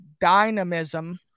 dynamism